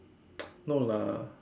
no lah